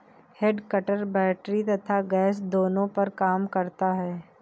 head cutter battery तथा gas दोनों पर काम करता है